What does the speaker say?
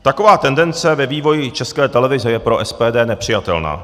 Taková tendence ve vývoji České televize je pro SPD nepřijatelná.